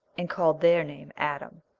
and called their name adam.